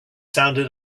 sounded